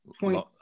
point